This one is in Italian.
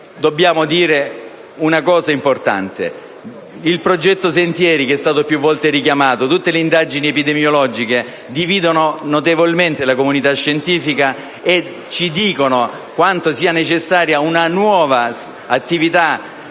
Dobbiamo dire una cosa importante: il progetto Sentieri, che è stato più volte richiamato, e tutte le indagini epidemiologiche dividono notevolmente la comunità scientifica e evidenziano quanto sia necessaria una nuova attività